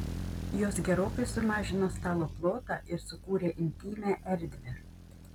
jos gerokai sumažino stalo plotą ir sukūrė intymią erdvę